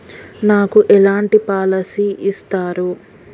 నాకు ఎలాంటి పాలసీ ఇస్తారు?